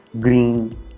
green